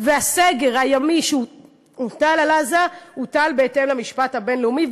והסגר הימי שהוטל על עזה הוטל בהתאם למשפט הבין-לאומי.